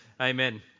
amen